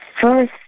first